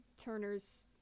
Turner's